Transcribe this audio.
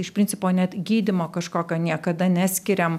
iš principo net gydymo kažkokio niekada neskiriam